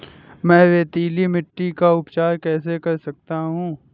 मैं रेतीली मिट्टी का उपचार कैसे कर सकता हूँ?